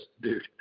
dude